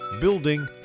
building